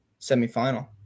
semifinal